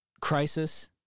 crisis